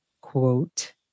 quote